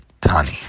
Tani